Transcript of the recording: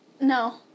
No